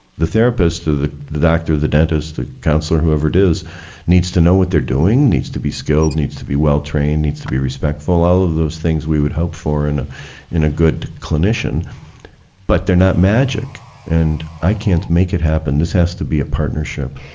the therapist, the the doctor, the dentist, the counsellor whoever it is needs to know what they're doing, needs to be skilled, needs to be well trained, needs to be respectful, all those things we would hope for and in a good clinician but they're not magic and i can't make it happen, this has to be a partnership.